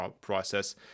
process